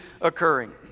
occurring